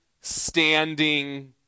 standing